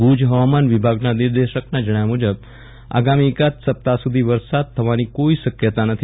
ભુજ હવામાન વિભાગના નિર્દેશકના જણાવ્યા મુજબ આગામી એકાદ સપ્તાહ સુધી વરસાદ થવાની કોઇ શકયતા નથી